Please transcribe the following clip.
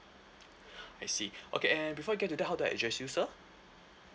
I see okay and before we get to that how do I address you sir